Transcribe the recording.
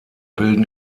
bilden